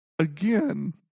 Again